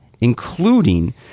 including